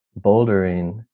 bouldering